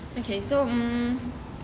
okay so um